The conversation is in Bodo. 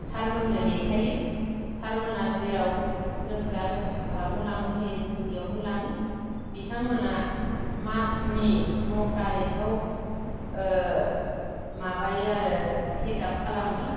सारमोननो देखायो सारमोनहा जेराव जोंखो आलट्रासाउन्ड खालामनो लांनो होयो जों बियावनो लाङो बिथांमोना मासनि न' थारिखआव ओ माबायो आरो चेक आप खालामो